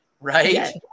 right